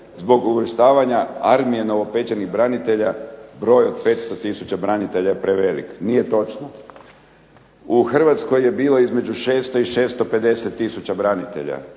zbog uvrštavanje armije novopečenih branitelja broj od 500 tisuća branitelja je prevelik. Nije točno. U Hrvatskoj je bilo između 600 i 650 tisuća branitelja.